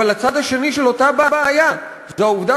אבל הצד השני של אותה הבעיה הוא העובדה